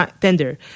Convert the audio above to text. tender